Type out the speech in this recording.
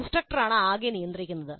ഇൻസ്ട്രക്ടറാണ് ആകെ നിയന്ത്രിക്കുന്നത്